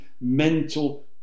mental